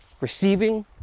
receiving